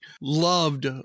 loved